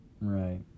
right